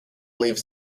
leaves